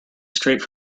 straight